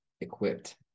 equipped